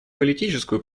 политическую